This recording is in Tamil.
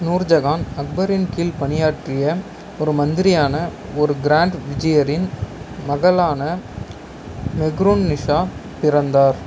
நூர்ஜஹான் அக்பரின் கீழ் பணியாற்றிய ஒரு மந்திரியான ஒரு கிராண்ட் விஜியரின் மகளான மெஹ்ரூன்னிஷா பிறந்தார்